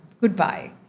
Goodbye